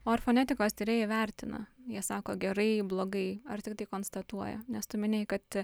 o ar fonetikos tyrėjai vertina jie sako gerai blogai ar tiktai konstatuoja nes tu minėjai kad